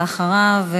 ואחריו,